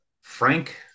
Frank